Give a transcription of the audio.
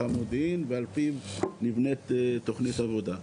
המודיעין ועל פי זה נבנית תוכנית עבודה.